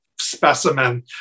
specimen